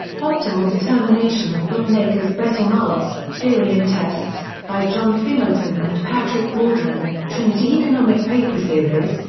optimal determination of bookmakers' betting odds theory and tests, by john fingleton and patrick waldron, trinity economic paper series,